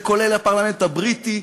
זה כולל את הפרלמנט הבריטי,